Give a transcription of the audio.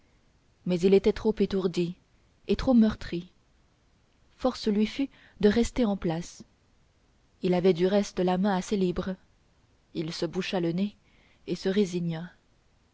mais il était trop étourdi et trop meurtri force lui fut de rester en place il avait du reste la main assez libre il se boucha le nez et se résigna